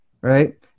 right